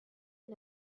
and